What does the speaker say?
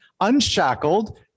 unshackled